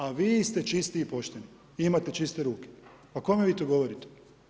A vi ste čisti i pošteni i imate čiste ruke, pa kome vi to govorite?